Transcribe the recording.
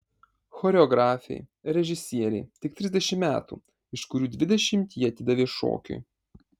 choreografei režisierei tik trisdešimt metų iš kurių dvidešimt ji atidavė šokiui